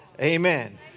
Amen